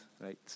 right